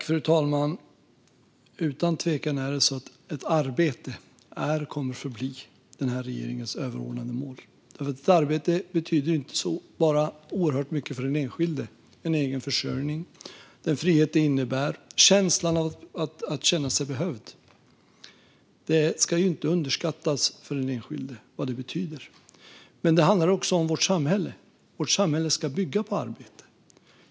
Fru talman! Utan tvekan är det så att arbete är och kommer att förbli denna regerings överordnade mål. Ett arbete betyder mycket för den enskilde. Det ger egen försörjning, frihet och en känsla av att vara behövd. Detta ska inte underskattas. Det handlar också om att vårt samhälle ska bygga på arbete.